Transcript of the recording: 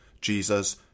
Jesus